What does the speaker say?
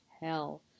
hell